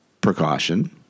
Precaution